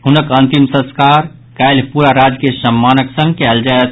हुनक अंतिम संस्कार काल्हि पूरा राजकीय सम्मानक संग कयल जायत